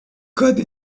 codes